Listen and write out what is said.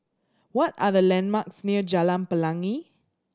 what are the landmarks near Jalan Pelangi